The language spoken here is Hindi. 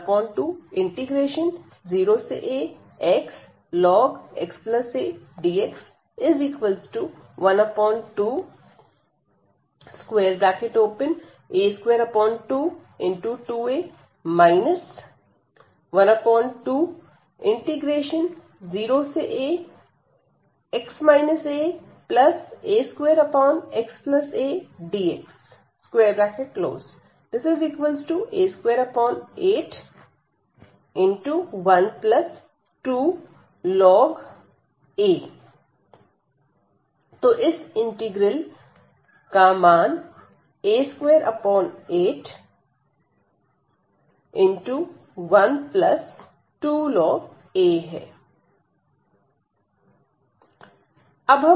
I120axln⁡xadx 12a222a 120ax aa2xadx a2812 a तो इस इंटीग्रल का मान a2812a है